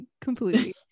completely